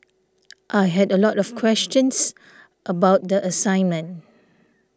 I had a lot of questions about the assignment